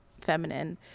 feminine